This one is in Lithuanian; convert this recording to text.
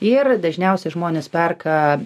ir dažniausiai žmonės perka